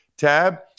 tab